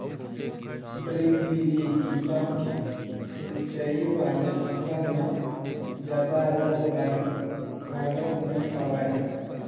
drip बिधि किसम के सिंचई वाले फसल म जादा रोग राई घलोक नइ होवय